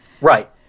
right